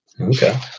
okay